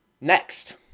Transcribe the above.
next